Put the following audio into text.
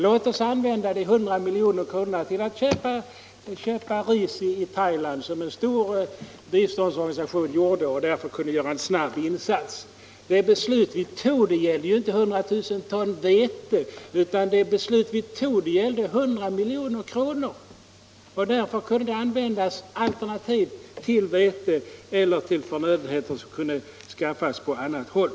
Man kunde ha använt de hundra miljoner kronorna till att köpa ris i Thailand, vilket en stor biståndsorganisation gjorde och därför gjorde en snabb insats. Det beslut som fattades gällde inte 100 000 ton vete utan 100 milj.kr. Därför kunde pengarna användas till vete eller alternativt till förnödenheter som kunde skaffas på annat håll.